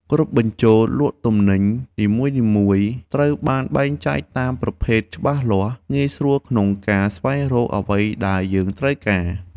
គ្រប់បញ្ជរលក់ទំនិញនីមួយៗត្រូវបានបែងចែកតាមប្រភេទច្បាស់លាស់ងាយស្រួលក្នុងការស្វែងរកអ្វីដែលយើងត្រូវការ។